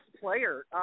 player